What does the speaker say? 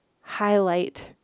highlight